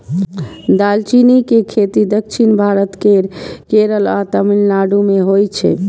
दालचीनी के खेती दक्षिण भारत केर केरल आ तमिलनाडु मे होइ छै